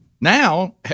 now